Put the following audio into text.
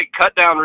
cut-down